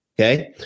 Okay